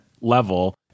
level